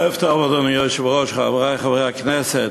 ערב טוב, אדוני היושב-ראש, חברי חברי הכנסת.